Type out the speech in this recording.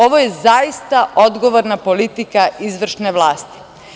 Ovo je zaista odgovorna politika izvršne vlasti.